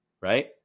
right